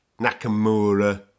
Nakamura